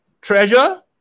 Treasure